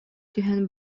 түһэн